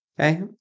Okay